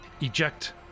eject